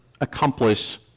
accomplish